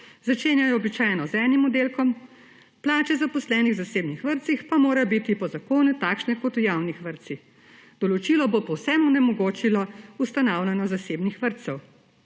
Začenjajo običajno z enim oddelkom, plače zaposlenih v zasebnih vrtcih pa morajo biti po zakonu takšne kot v javnih vrtcih. Določilo bo povsem onemogočilo ustanavljanje zasebnih vrtcev.